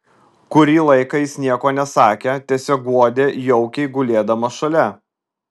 kurį laiką jis nieko nesakė tiesiog guodė jaukiai gulėdamas šalia